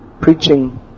preaching